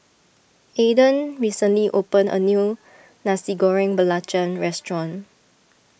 Aedan recently opened a new Nasi Goreng Belacan restaurant